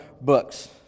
books